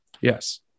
Yes